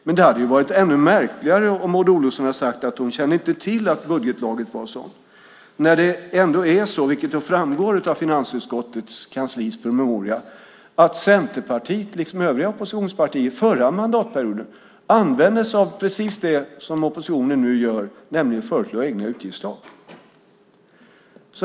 Men det hade varit ännu märkligare om Maud Olofsson hade sagt att hon inte kände till att budgetlagen var sådan. Av finansutskottets kanslis promemoria framgår ju att Centerpartiet liksom övriga oppositionspartier förra mandatperioden gjorde precis det som oppositionen nu gör, nämligen att föreslå egna utgiftstak.